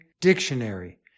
dictionary